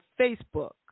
Facebook